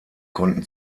konnten